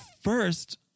first